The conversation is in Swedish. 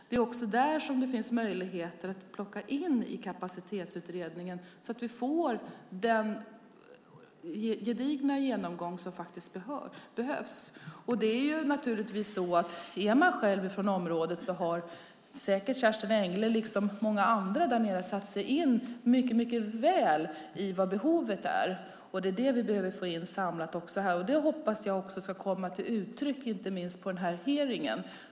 Det finns dessutom möjlighet att plocka in Kapacitetsutredningen så att vi får den gedigna genomgång som faktiskt behövs. Är man från området har man säkert, som Kerstin Engle och många andra där nere, noggrant satt sig in i vilka behoven är. Det är det vi behöver få ett samlat grepp om. Jag hoppas att det ska komma till uttryck inte minst vid den kommande hearingen.